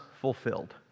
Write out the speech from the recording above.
fulfilled